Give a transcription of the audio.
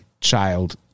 child